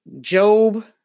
Job